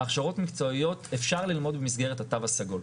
הכשרות מקצועיות אפשר ללמוד במסגרת התו הסגול,